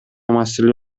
маселе